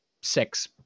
six